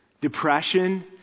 Depression